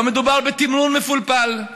לא מדובר בתמרון מפולפל,